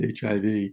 HIV